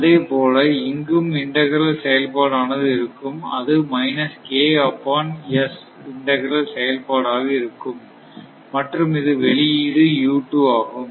அதே போல இங்கும் இண்டக்ரல் செயல்பாடானது இருக்கும் அது மைனஸ் K அப்பான் s இண்டக்ரால் செயல்பாடாக இருக்கும் மற்றும் இது வெளியீடு ஆகும்